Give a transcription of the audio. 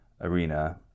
arena